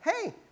hey